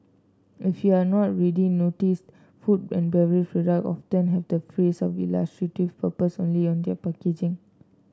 if you're not already noticed food and beverage products often have the phrase of illustrative purposes only on their packaging